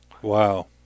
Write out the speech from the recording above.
Wow